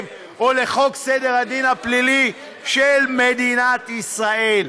או לחוק סדר הדין הפלילי של מדינת ישראל.